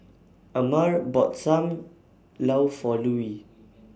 Amare bought SAM Lau For Lulie